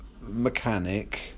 mechanic